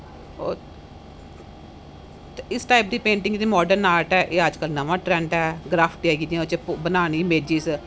इस टाइप दी पेंटिंग जेहड़ी मार्डन आर्ट ऐ एह् अजकल नमां ट्रैंड ऐ ग्राफटी आई गेई ओहदे च बनानी अमेजीस